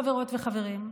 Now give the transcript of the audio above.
חברות וחברים,